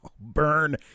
Burn